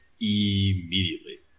immediately